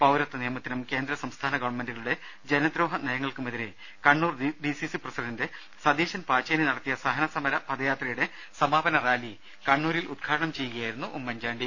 പൌരത്വനിയമത്തിനും കേന്ദ്ര സംസ്ഥാന ഗവൺമെന്റുകളുടെ ജനദ്രോഹ നയങ്ങൾക്കുമെതിരേ കണ്ണൂർ ഡിസിസി പ്രസിഡന്റ് സതീശൻ പാച്ചേനി നടത്തിയ സഹനസമര പദയാത്രയുടെ സമാപനറാലി കണ്ണൂരിൽ ഉദ്ഘാടനം ചെയ്യുകയായിരുന്നു ഉമ്മൻ ചാണ്ടി